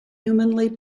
humanly